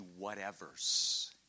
whatevers